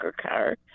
car